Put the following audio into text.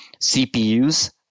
CPUs